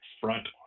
front